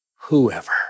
whoever